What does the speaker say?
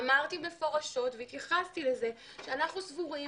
אמרתי מפורשות והתייחסתי לזה שאנחנו סבורים